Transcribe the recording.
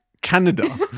Canada